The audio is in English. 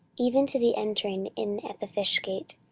even to the entering in at the fish gate,